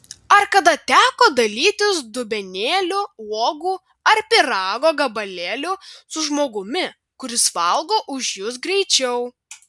ar kada teko dalytis dubenėliu uogų ar pyrago gabalėliu su žmogumi kuris valgo už jus greičiau